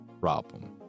problem